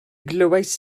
glywais